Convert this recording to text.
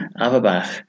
Averbach